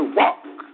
walk